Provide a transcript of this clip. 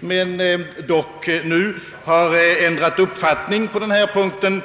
visserligen — nu har ändrat uppfattning på denna punkt